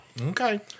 Okay